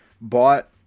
bought